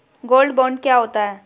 Gold bond क्या होता है?